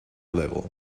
level